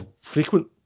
frequent